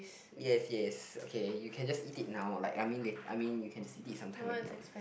yes yes okay you can just eat it now like I mean la~ I mean you can just eat it sometime again